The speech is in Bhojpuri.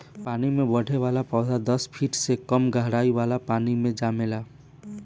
पानी में बढ़े वाला पौधा दस फिट से कम गहराई वाला पानी मे जामेला